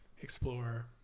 explore